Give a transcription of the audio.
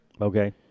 Okay